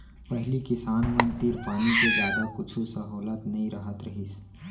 पहिली किसान मन तीर पानी के जादा कुछु सहोलत नइ रहत रहिस